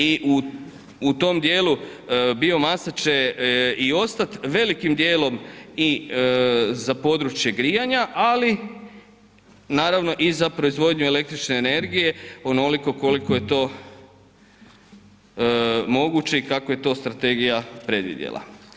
I u tom djelu biomasa će i ostat velikim djelom i za područje grijanja ali naravno i za proizvodnju električne energije onoliko koliko je to moguće i kako je to strategija predvidjela.